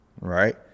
right